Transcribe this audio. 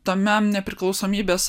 tame nepriklausomybės